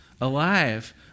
alive